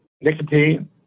nicotine